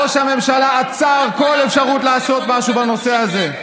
ראש הממשלה עצר כל אפשרות לעשות משהו בנושא הזה.